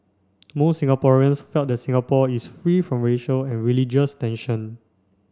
most Singaporeans felt that Singapore is free from racial and religious tension